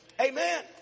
Amen